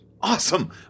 Awesome